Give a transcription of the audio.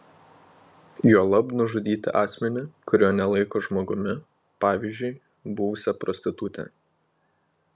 juolab nužudyti asmenį kurio nelaiko žmogumi pavyzdžiui buvusią prostitutę